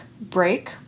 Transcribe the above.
break